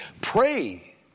Pray